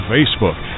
Facebook